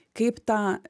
kaip tą